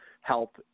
help